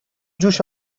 جوش